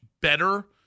better